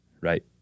right